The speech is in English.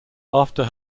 after